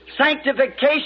Sanctification